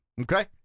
okay